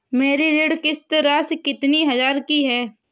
मेरी ऋण किश्त राशि कितनी हजार की है?